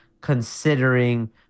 considering